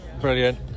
Brilliant